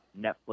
Netflix